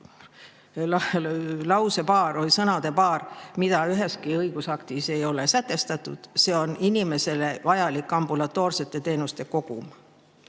on ka üks sõnapaar, mida üheski õigusaktis ei ole sätestatud. See on inimesele vajalik ambulatoorsete teenuste kogum.